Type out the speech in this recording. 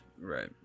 Right